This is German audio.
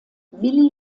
willi